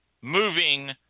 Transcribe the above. moving